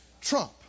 trump